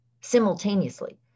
simultaneously